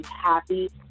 happy